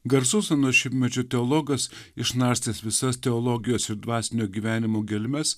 garsus ano šimtmečio teologas išnarstęs visas teologijos ir dvasinio gyvenimo gelmes